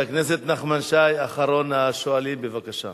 חבר הכנסת נחמן שי, אחרון השואלים, בבקשה.